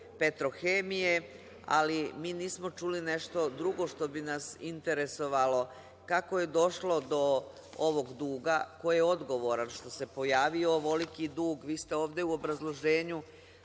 „Petrohemije“. Ali, mi nismo čuli nešto drugo što bi nas interesovalo. Kako je došlo do ovog duga? Ko je odgovoran što se pojavio ovoliki dug? Vi ste ovde u obrazloženju